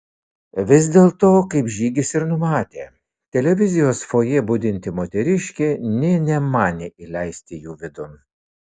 vis dėlto kaip žygis ir numatė televizijos fojė budinti moteriškė nė nemanė įleisti jų vidun